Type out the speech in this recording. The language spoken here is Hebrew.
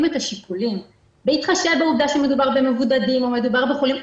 בהתחשב בעובדה שמדובר במבודדים או בחולים,